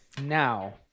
Now